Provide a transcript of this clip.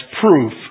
proof